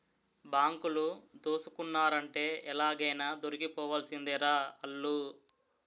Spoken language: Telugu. బాంకులు దోసుకున్నారంటే ఎలాగైనా దొరికిపోవాల్సిందేరా ఆల్లు